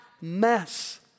mess